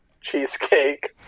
cheesecake